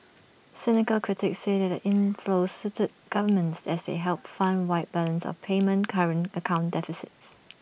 cynical critics say that the inflows suited governments as they helped fund wide balance of payment current account deficits